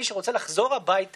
אני אאפשר לכם להצביע מפה.